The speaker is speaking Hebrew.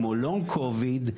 כמו לונג קוביד,